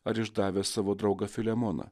ar išdavęs savo draugą filemoną